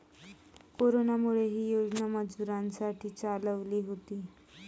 कोरोनामुळे, ही योजना मजुरांसाठी चालवली होती